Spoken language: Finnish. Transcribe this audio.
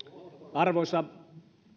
arvoisa